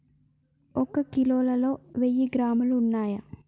ఒక కిలోలో వెయ్యి గ్రాములు ఉన్నయ్